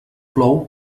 plou